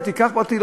אם תיקח פרטי,